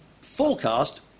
forecast